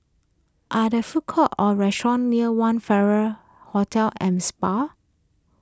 are there food courts or restaurants near one Farrer Hotel and Spa